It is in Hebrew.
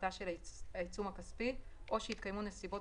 הפחתה של העיצום הכספי או שהתקיימו אישיותנסיבות